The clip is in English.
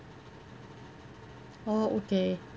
oh okay